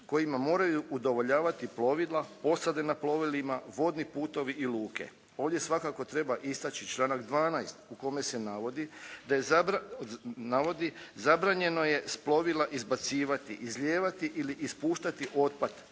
kojima moraju udovoljavati plovila, posade na plovilima, vodni putovi i luke. Ovdje svakako treba istaći članak 12. u kome se navodi zabranjeno je s plovila izbacivati, izlijevati ili ispuštati otpad,